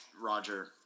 Roger